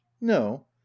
no